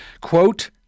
quote